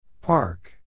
Park